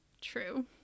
true